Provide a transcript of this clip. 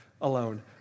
alone